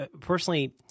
personally